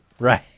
Right